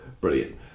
Brilliant